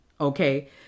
Okay